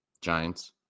Giants